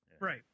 right